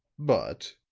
but,